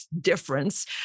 difference